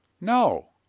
no